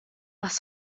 was